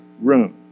room